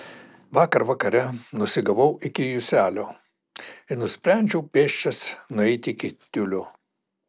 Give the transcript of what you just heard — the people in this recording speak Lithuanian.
vakar vakare nusigavau iki juselio ir nusprendžiau pėsčias nueiti iki tiulio